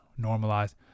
normalize